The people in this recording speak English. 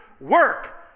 work